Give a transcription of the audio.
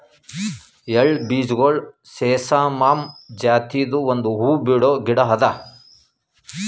ಎಳ್ಳ ಬೀಜಗೊಳ್ ಸೆಸಾಮಮ್ ಜಾತಿದು ಒಂದ್ ಹೂವು ಬಿಡೋ ಗಿಡ ಅದಾ